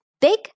big